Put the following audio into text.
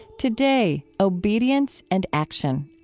today, obedience and action.